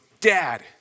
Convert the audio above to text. dad